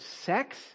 sex